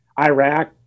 Iraq